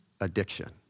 addiction